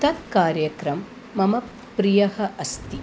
तत् कार्यक्रमः मम प्रियः अस्ति